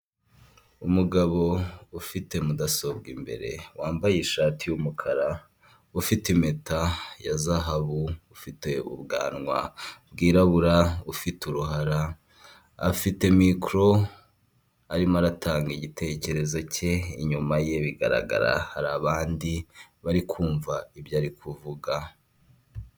Umugabo ufite mudasobwa imbere wambaye ishati y'umukara ufite impeta ya zahabu ufite ubwanwa bwirabura, ufite uruhara afite mikoro arimo aratanga igitekerezo cye inyuma ye bigaragara hari abandi barikumva ibyo ari kuvuga.